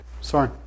sorry